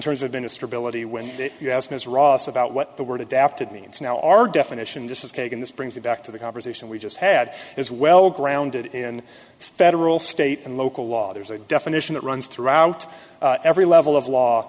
terms of minister ability when you ask ms ross about what the word adapted means now our definition just as kagan this brings you back to the conversation we just had is well grounded in federal state and local law there's a definition that runs throughout every level of law